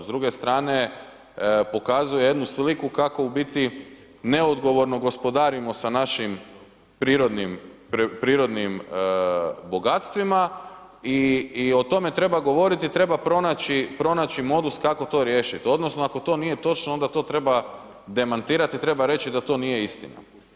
S druge strane pokazuje jednu sliku kako u biti neodgovorno gospodarimo sa našim prirodnim bogatstvima i o tome treba govoriti, treba pronaći modus kako to riješit odnosno ako to nije točno onda to treba demantirati, treba reći da to nije istina.